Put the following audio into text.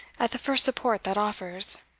at the first support that offers.